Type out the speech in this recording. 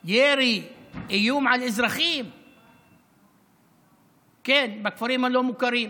ירי, איום על אזרחים, כן, בכפרים הלא-מוכרים.